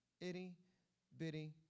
itty-bitty